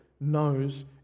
knows